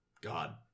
god